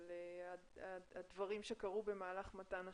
על הדברים שקרו במהלך מתן השירות,